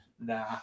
Nah